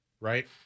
right